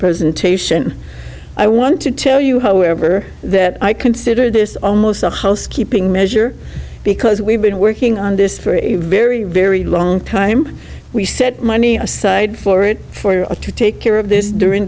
presentation i want to tell you however that i consider this almost a housekeeping measure because we've been working on this for a very very long time we set money aside for it to take care of this during